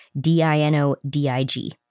D-I-N-O-D-I-G